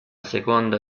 seconda